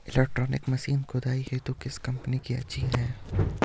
Electronic machine खुदाई हेतु किस कंपनी की अच्छी है?